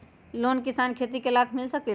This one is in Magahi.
लोन किसान के खेती लाख मिल सकील?